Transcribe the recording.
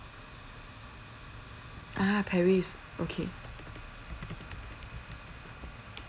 ah paris okay